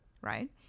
Right